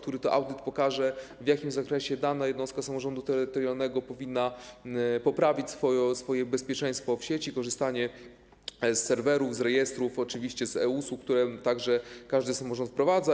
Ten audyt pokaże, w jakim zakresie dana jednostka samorządu terytorialnego powinna poprawić swoje bezpieczeństwo w sieci, w zakresie korzystania z serwerów, z rejestrów, oczywiście z e-usług, które także każdy samorząd wprowadza.